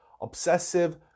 obsessive